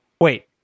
Wait